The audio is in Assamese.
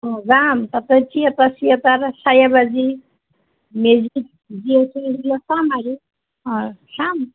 অঁ যাম তাতে থিয়েটাৰ চিয়েটাৰ চাই আৰু আজি মেজিক যি আছে সেইগিলা চাম আৰু অঁ চাম